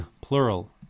plural